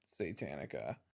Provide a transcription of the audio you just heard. Satanica